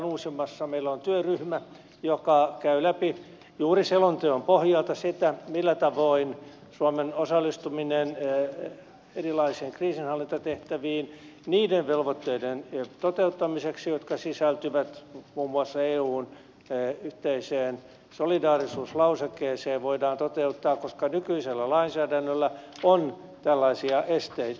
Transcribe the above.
meillä on työryhmä joka käy läpi juuri selonteon pohjalta sitä millä tavoin suomen osallistuminen erilaisiin kriisinhallintatehtäviin niiden velvoitteiden toteuttamiseksi jotka sisältyvät muun muassa eun yhteiseen solidaarisuuslausekkeeseen voidaan toteuttaa koska nykyisellä lainsäädännöllä on tällaisia esteitä